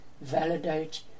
validate